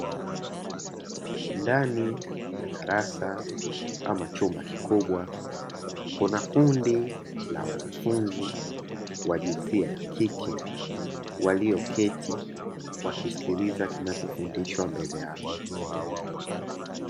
Ndani ya darasa ama chumba kikubwa kuna kundi la wanafunzi wa jinsia ya kike, walioketi wakisikiliza kinachofundishwa mbele yao.